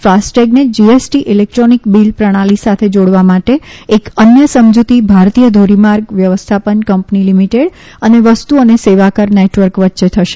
fast ટેગને GST electronic bill પ્રણાલિ સાથે જોડવા માટે એક અન્ય સમજૂતી ભારતીય ધોરીમાર્ગ વ્યવસ્થાપન કંપની લિમિટેડ અને વસ્તુ અને સેવા કર નેટવર્ક વચ્ચે થશે